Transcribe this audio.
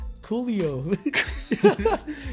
Coolio